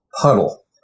puddle